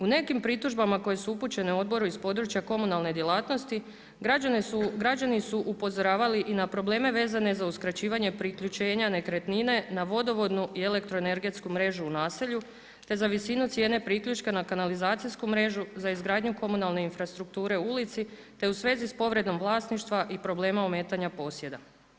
U nekom pritužbama koje su upućene odboru iz područja komunalne djelatnosti građani su upozoravali i na probleme vezane za uskraćivanje priključenja nekretnine na vodovodnu i elektroenergetsku mrežu u naselju te za visinu cijene priključka na kanalizacijsku mrežu, za izgradnju komunalne infrastrukture u ulici te u svezi s povredom vlasništva i problema ometanja posjeda.